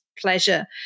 pleasure